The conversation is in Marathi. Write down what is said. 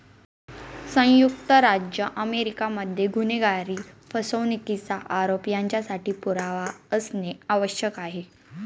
संयुक्त राज्य अमेरिका मध्ये गुन्हेगारी, फसवणुकीचा आरोप यांच्यासाठी पुरावा असणे आवश्यक आहे